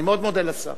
אני מאוד מודה לשר.